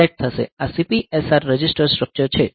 આ CPSR register structure છે